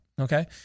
Okay